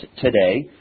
today